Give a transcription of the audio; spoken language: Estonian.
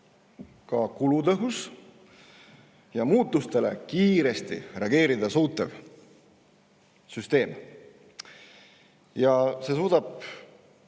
kulutõhus ja muutustele kiiresti reageerida suutev süsteem. Ja see suudab